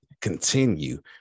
continue